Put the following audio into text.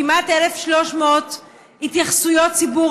כמעט 1,300 התייחסויות ציבור.